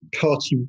party